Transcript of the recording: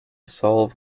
solve